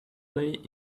lay